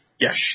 Yes